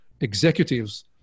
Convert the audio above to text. executives